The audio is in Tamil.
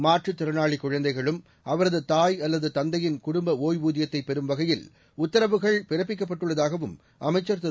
மாற்றத் திறனாளி குழந்தைகளும் அவரது தாய் அல்லது தந்தையின் குடும்ப ஒய்வூதியத்தைப் பெறும் வகையில் உத்தரவுகள் பிறப்பிக்கப்பட்டுள்ளதாகவும் அமைச்சர் திரு